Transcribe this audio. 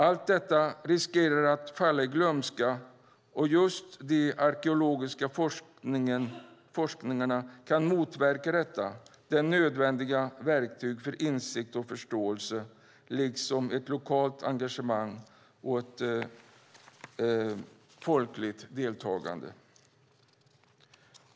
Allt detta riskerar att falla i glömska, och just den arkeologiska forskningen kan motverka detta. Den är det nödvändiga verktyget för insikt och förståelse, liksom ett lokalt engagemang och ett folkligt deltagande.